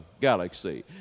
galaxy